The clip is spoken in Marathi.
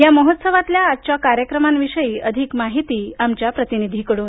या महोत्सवातल्या आजच्या कार्यक्रमांविषयी अधिक माहिती आमच्या प्रतिनिधीकडून